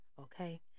Okay